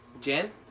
Jen